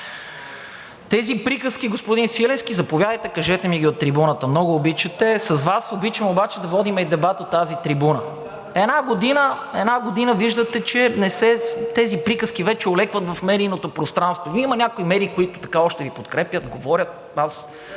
Тези приказки, господин Свиленски, заповядайте, кажете ми ги от трибуната. С Вас обаче обичаме да водим и дебати от тази трибуна. Една година виждате, че тези приказки вече олекват в медийното пространство. Има някои медии, които още Ви подкрепят, говорят,